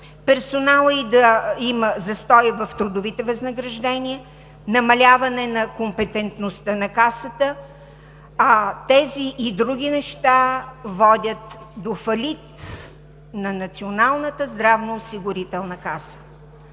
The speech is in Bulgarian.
персоналът ѝ да има застой в трудовите възнаграждения, намаляване на компетентността на Касата. Тези и други неща водят до фалит на Националната здравноосигурителна каса.